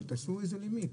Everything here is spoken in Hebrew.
אבל תעשו איזה לימיט,